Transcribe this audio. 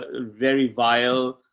ah very vial,